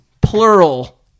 plural